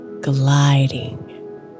gliding